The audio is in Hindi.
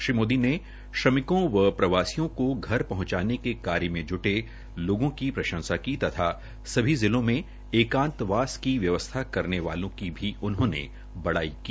श्री मोदी ने श्रमिकों व प्रवासियों को घर पहंचाने के कार्य मे ज्टे लोगों की प्रंशसा की तथा सभी जिलों में एकांतवास की व्यवस्था करने वालों की भी उन्होंने बड़ाई की